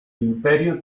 imperio